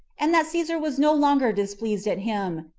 and that caesar was no longer displeased at him,